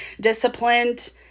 Disciplined